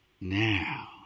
Now